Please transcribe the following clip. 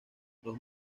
los